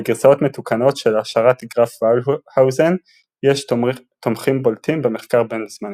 לגרסאות מתוקנות של השערת גרף-ולהאוזן יש תומכים בולטים במחקר בן זמננו.